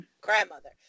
grandmother